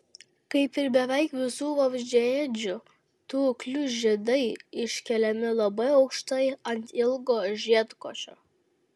kaip ir beveik visų vabzdžiaėdžių tuklių žiedai iškeliami labai aukštai ant ilgo žiedkočio